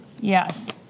Yes